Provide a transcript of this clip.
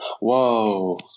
Whoa